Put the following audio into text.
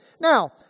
Now